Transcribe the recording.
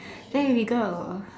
there we go